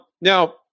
Now